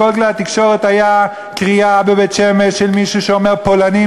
בכל כלי התקשורת הייתה קריאה של מישהו בבית-שמש שאומר "פולנים,